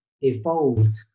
evolved